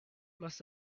must